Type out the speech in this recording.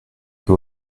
que